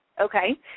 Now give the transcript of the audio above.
Okay